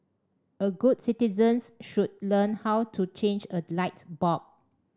all good citizens should learn how to change a light bulb